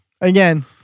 again